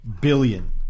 billion